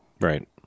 Right